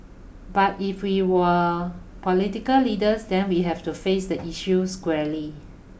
but if we were political leaders then we have to face the issue squarely